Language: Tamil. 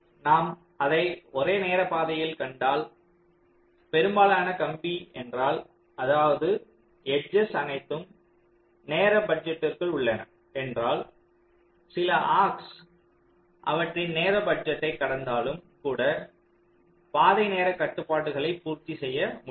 நாம் அதை ஒரு நேர பாதையில் கண்டால் பெரும்பாலான கம்பி என்றால் அதாவது எட்ஜெஸ் அனைத்தும் நேர பட்ஜெட்டிற்குள் உள்ளன என்றால் சில அர்க்ஸ் அவற்றின் நேர பட்ஜெட்டை கடந்தாலும் கூட பாதை நேரக் கட்டுப்பாடுகளை பூர்த்தி செய்ய முடியும்